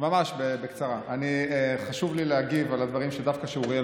ממש בקצרה: חשוב לי להגיב על הדברים דווקא שאוריאל